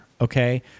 okay